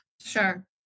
sure